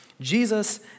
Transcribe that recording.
Jesus